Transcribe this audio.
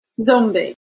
zombie